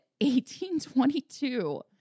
1822